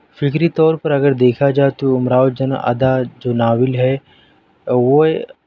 فکری طور پر اگر دیکھا جائے تو امراؤ جان ادا جو ناول ہے وہ